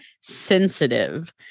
sensitive